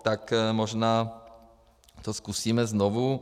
Tak možná to zkusíme znovu.